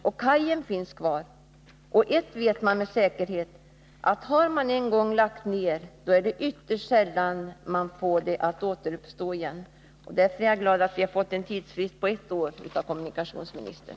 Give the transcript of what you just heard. Ett vet man med säkerhet, och det är att om en sådan här trafik en gång har lagts ned, är det ytterst sällan den får återuppstå. Därför är jag glad att vi har fått en tidsfrist på ett år av kommunikationsministern.